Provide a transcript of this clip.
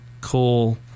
cool